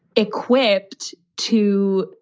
equipped to.